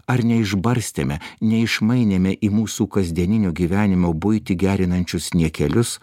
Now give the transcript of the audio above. ar neišbarstėme neišmainėme į mūsų kasdieninio gyvenimo buitį gerinančius niekelius